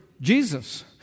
Jesus